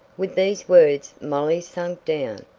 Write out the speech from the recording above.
with these words molly sank down,